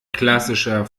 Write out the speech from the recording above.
klassischer